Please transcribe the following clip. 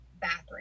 bathroom